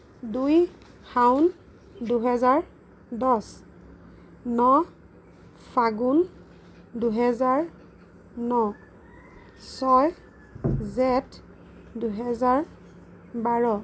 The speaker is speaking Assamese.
দুই শাওণ দুহেজাৰ দহ ন ফাগুন দুহেজাৰ ন ছয় জেঠ দুহেজাৰ বাৰ